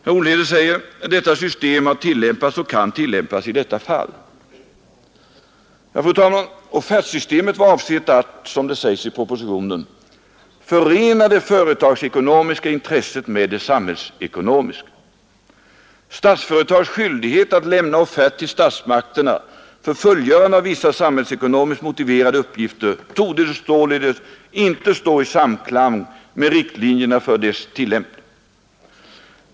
Herr Olhede säger: ”Detta system har tillämpats och kan tillämpas i detta fall.” Offertsystemet var avsett att, som det sägs i propositionen, ”förena det företagsekonomiska intresset med det samhällsekonomiska”. Statsföretags skyldighet att lämna offert till statsmakterna för fullgörande av vissa samhällsekonomiskt motiverade uppgifter torde således inte stå i samklang med riktlinjerna för dess tillämpning.